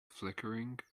flickering